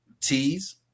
T's